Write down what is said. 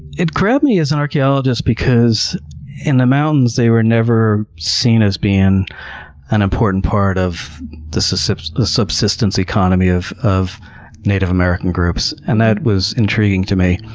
it grabbed me as an archeologist because in the mountains they were never seen as being an important part of the subsistence the subsistence economy of of native american groups, and that was intriguing to me.